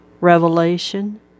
Revelation